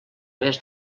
més